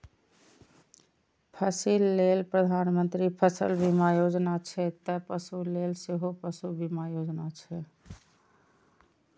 फसिल लेल प्रधानमंत्री फसल बीमा योजना छै, ते पशु लेल सेहो पशु बीमा योजना छै